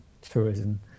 tourism